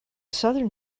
southern